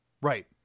right